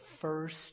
first